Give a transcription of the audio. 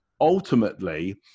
ultimately